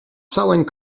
selling